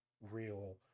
real